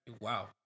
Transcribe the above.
Wow